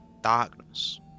Darkness